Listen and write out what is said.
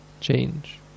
change